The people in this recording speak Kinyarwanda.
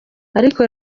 ariko